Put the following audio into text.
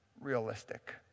realistic